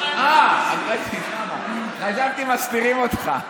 אל תהרוס, אה, חשבתי שמסתירים אותך.